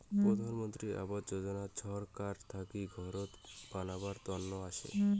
প্রধান মন্ত্রী আবাস যোজনা ছরকার থাকি ঘরত বানাবার তন্ন হসে